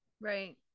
Right